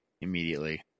immediately